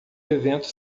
evento